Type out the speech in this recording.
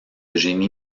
génie